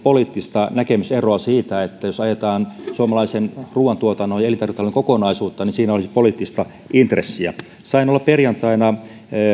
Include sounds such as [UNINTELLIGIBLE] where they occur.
[UNINTELLIGIBLE] poliittista näkemyseroa siitä että jos ajetaan suomalaisen ruuantuotannon ja elintarvikealan kokonaisuutta niin siinä olisi poliittista intressiä sain olla perjantaina